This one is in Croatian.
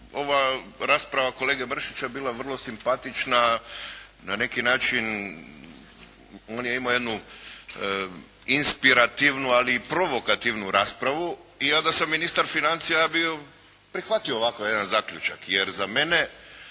ova rasprava kolege Mršića bila vrlo simpatična na neki način on je imao jednu inspirativnu, ali i provokativnu raspravu. Ja da sam ministar financija, ja bih prihvatio ovako jedan zaključak, jer za mene